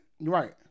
right